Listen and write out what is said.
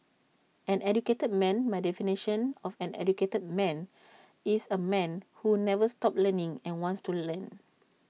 an educated man my definition of an educated man is A man who never stops learning and wants to learn